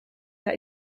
that